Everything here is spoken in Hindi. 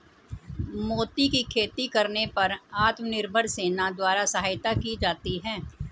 मोती की खेती करने पर आत्मनिर्भर सेना द्वारा सहायता की जाती है